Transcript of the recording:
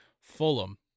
Fulham